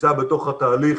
נמצא בתוך התהליך,